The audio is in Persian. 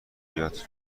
بیاد